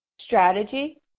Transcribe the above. strategy